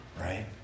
right